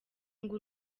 ngo